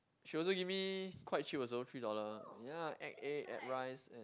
she also give me quite cheap also three dollar ya add egg add rice add